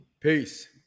Peace